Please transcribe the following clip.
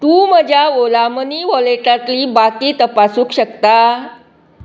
तूं म्हज्या ओला मनी वॉलेटांतली बाकी तपासूंक शकता